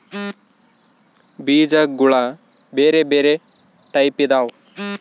ಬೀಜಗುಳ ಬೆರೆ ಬೆರೆ ಟೈಪಿದವ